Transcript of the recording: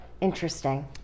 Interesting